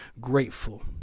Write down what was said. grateful